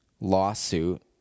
lawsuit